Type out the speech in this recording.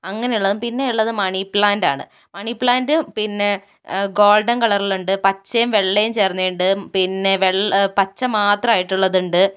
അങ്ങനെ ഉള്ളതും പിന്നെ ഉള്ളത് മണി പ്ലാന്റ് ആണ് മണി പ്ലാന്റ് പിന്നെ ഗോള്ഡന് കളറില് ഉണ്ട് പച്ചയും വെള്ളയും ചേർന്നത് ഉണ്ട് പച്ച മാത്രം ആയിട്ടുള്ളത് ഉണ്ട്